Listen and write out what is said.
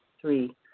Three